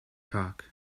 talk